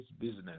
business